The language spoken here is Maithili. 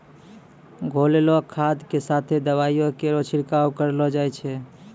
घोललो खाद क साथें दवाइयो केरो छिड़काव करलो जाय छै?